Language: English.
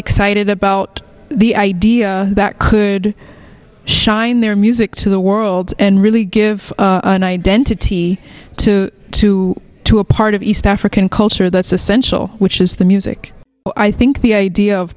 excited about the idea that could shine their music to the world and really give an identity to to to a part of east african culture that's essential which is the music i think the idea of